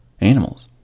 animals